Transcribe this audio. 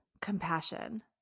compassion